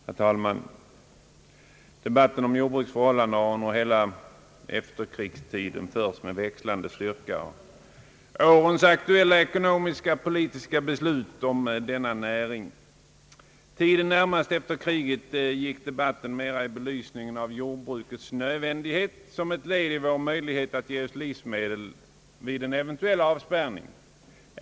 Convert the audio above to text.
Herr talman! Debatten om jordbrukets förhållanden har under hela efterkrigstiden förts med växlande styrka och berört aktuella ekonomiska och politiska beslut om denna näring. Tiden närmast efter kriget gick debatten mera i belysning av jordbrukets nödvändighet för att ge oss livsmedel vid en eventuell avspärrning.